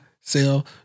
sell